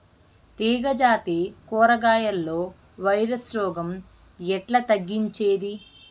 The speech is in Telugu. తీగ జాతి కూరగాయల్లో వైరస్ రోగం ఎట్లా తగ్గించేది?